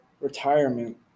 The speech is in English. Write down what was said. retirement